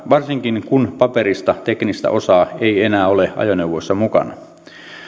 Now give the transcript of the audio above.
varsinkin kun paperista teknistä osaa ei enää ole ajoneuvoissa mukana